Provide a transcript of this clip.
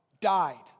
Died